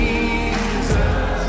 Jesus